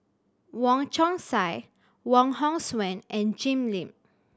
Wong Chong Sai Wong Hong Suen and Jim Lim